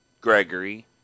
Gregory